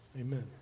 amen